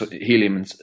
helium